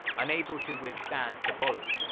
unable to withstand the volleys,